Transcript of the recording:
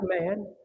man